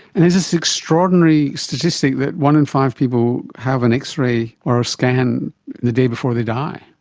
and there's this extraordinary statistic that one in five people have an x-ray or a scan the day before they die.